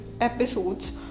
episodes